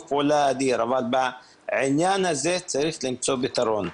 פעולה אדיר אבל בעניין הזה צריך למצוא פתרון.